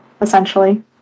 essentially